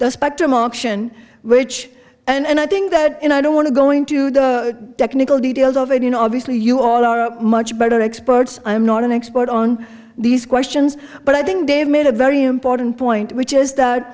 the spectrum auction which and i think that you know i don't want to go into the technical details of it you know obviously you all are much better experts i'm not an expert on these questions but i think dave made a very important point which is that